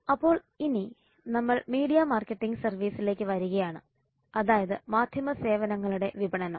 അപ്പോൾ ഇനി നമ്മൾ മീഡിയ മാർക്കറ്റിംഗ് സർവീസിലേക്ക് വരികയാണ് അതായത് മാധ്യമ സേവനങ്ങളുടെ വിപണനം